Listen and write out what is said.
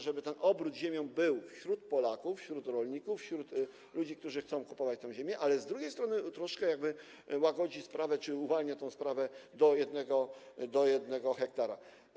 żeby ten obrót ziemią był wśród Polaków, wśród rolników, wśród ludzi, którzy chcą kupować tę ziemię, ale z drugiej strony troszkę jakby łagodzi sprawę czy uwalnia tę sprawę: do 1 ha.